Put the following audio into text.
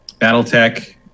BattleTech